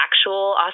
actual